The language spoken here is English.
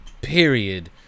period